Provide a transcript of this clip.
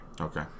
Okay